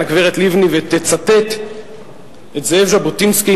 הגברת לבני ותצטט את זאב ז'בוטינסקי,